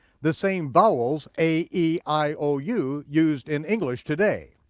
the same vowels, a, e, i, o, u, used in english today.